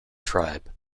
tribe